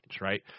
right